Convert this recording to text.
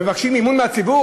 מבקשים אמון מהציבור?